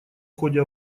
ходе